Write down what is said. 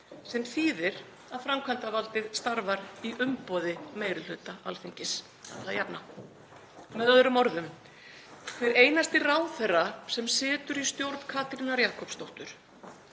sem þýðir að framkvæmdarvaldið starfar í umboði meiri hluta Alþingis alla jafna. Með öðrum orðum, hver einasti ráðherra sem situr í stjórn Katrínar Jakobsdóttur